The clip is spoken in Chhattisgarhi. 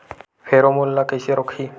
फेरोमोन ला कइसे रोकही?